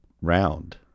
round